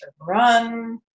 run